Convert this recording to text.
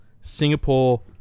Singapore